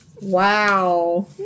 Wow